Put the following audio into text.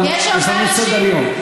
אבל יש לנו סדר-יום.